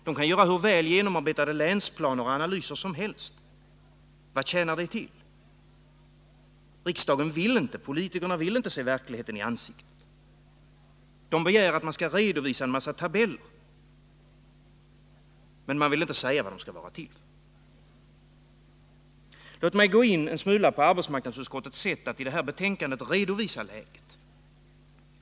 De kan göra hur väl genomarbetade länsplaner och analyser som helst — vad tjänar det till? Politikerna vill inte se verkligheten i ansiktet. De begär att man skall redovisa en massa tabeller, men de vill inte säga vad de skall vara till för. Låt mig gå in på arbetsmarknadsutskottets sätt att i betänkandet redovisa läget.